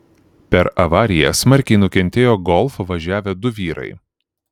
per avariją smarkiai nukentėjo golf važiavę du vyrai